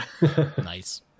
Nice